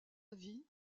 avis